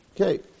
Okay